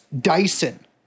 Dyson